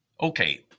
Okay